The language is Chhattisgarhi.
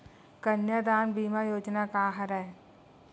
कन्यादान बीमा योजना का हरय?